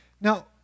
Now